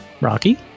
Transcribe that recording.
Rocky